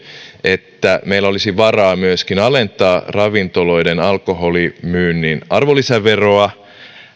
että meillä olisi varaa myöskin alentaa ravintoloiden alkoholimyynnin arvonlisäveroa